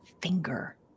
finger